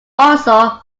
also